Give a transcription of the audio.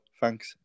thanks